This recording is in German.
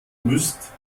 müsst